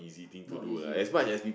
not easy